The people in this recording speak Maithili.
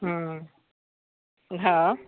हँ हँ